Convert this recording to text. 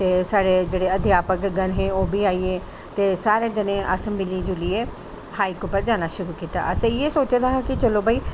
साडे जेहडे अध्यापक गण हे ओह् बी आई गे ते सारें कन्नै अस मिली जुलियै हाइक उप्पर जाना स्टार्ट कीता असें इयै सोचे दा हा कि चलो भाई